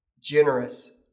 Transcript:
generous